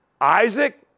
Isaac